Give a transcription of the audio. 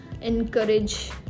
encourage